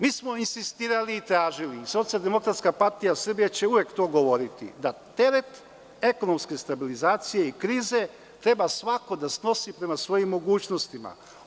Mi smo insistirali i tražili, SDPS će uvek to govoriti, da teret ekonomske stabilizacije i krize treba svako da snosi prema svojim mogućnostima.